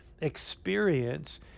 experience